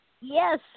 Yes